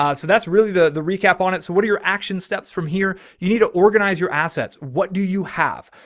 so that's really the, the recap on it. so what are your action steps from here? you need to organize your assets. what do you have?